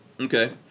Okay